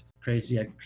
Crazy